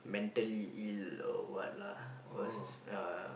mentally ill or what lah because ya